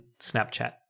Snapchat